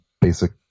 basic